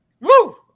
Woo